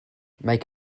make